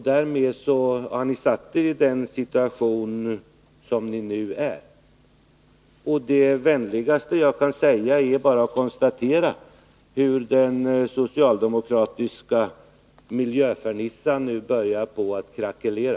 Därmed har ni satt er i den situation som ni nu befinner Tisdagen den er i. Det vänligaste jag kan säga är att vi nu kan konstatera hur den 18 maj 1982 socialdemokratiska miljöfernissan börjar krackelera.